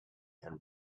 and